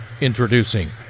Introducing